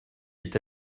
est